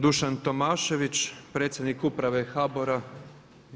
Dušan Tomašević predsjednik uprave HBOR-a.